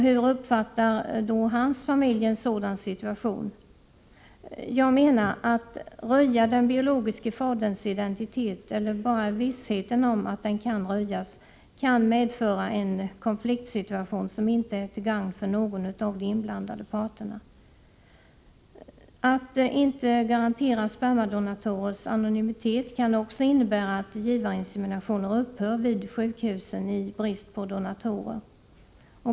Hur skulle hans familj uppfatta en sådan situation? Jag menar således att röjandet av den biologiske faderns identitet — eller bara vissheten om att denna kan röjas —- kan medföra en konfliktsituation som inte är till gagn för någon av de inblandade parterna. Att inte garantera spermadonatorer anonymitet kan också innebära att verksamheten med givarinseminationer upphör vid sjukhusen i brist på donatorer.